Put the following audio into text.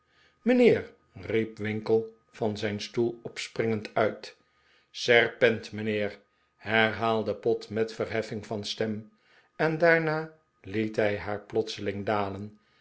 mijnheer riep winkle van zijn stoel opspringend uit serpent mijnheer herhaalde pott met verheffing van stem en daarna liet hij haar plotseling dalen